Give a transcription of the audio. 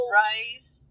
rice